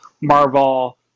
Marvel